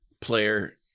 player